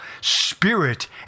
spirit